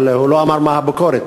אבל הוא לא אמר מה הביקורת,